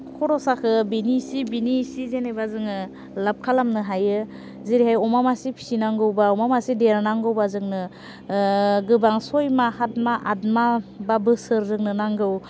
खर'साखौ बेनि एसे बेनि एसे जेनेबा जोङो लाभ खालामनो हायो जेरैहाय अमा मासे फिनांगौबा अमा मासे देरनांगौबा जोंनो गोबां सय मा हाथ मा आथ मा बा बोसोर जोंनो नांगौ